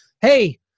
Hey